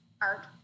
art